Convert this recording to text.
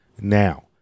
Now